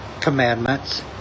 commandments